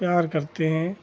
प्यार करते हैं